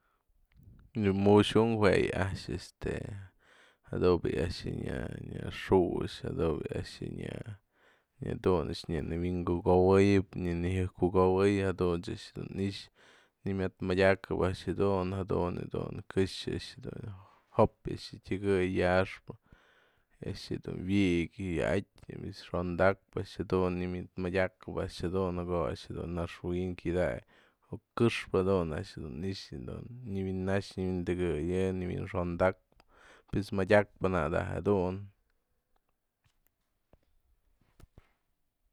Yë mu'uxë u'unk jue yë a'ax este ja'a du bi'i a'ax nya xu'ux jadun bi'i a'ax nya jadun nya wynko'oweyëp nya në nyakuko'oweyëp jadunt's a'ax dun i'ix nëmëd madyakapa'ak a'ax jadun dun kë xë dun jo'op tëkë'ëy yaxpë a'axë dun wi'ik wya'ad pues xo'ondakpë a'ax dun nëmëd madyakapa'ak a'ax jadun në ko'o a'ax naxwin kyadaky o këxpë jadun a'ax dun i'ixë nyawina'ax nyawi'indëgëyë nëwynxo'ondakap pues madyakpë nak da'a jedun